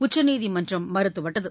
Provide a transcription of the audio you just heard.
உச்சநீதிமன்றம் மறுத்துவிட்டது